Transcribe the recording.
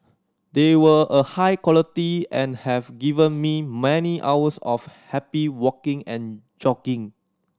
they were a high quality and have given me many hours of happy walking and jogging